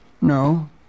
No